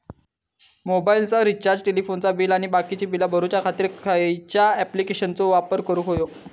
मोबाईलाचा रिचार्ज टेलिफोनाचा बिल आणि बाकीची बिला भरूच्या खातीर खयच्या ॲप्लिकेशनाचो वापर करूक होयो?